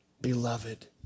beloved